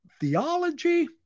theology